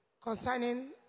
Concerning